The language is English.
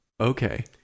okay